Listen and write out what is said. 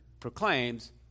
Proclaims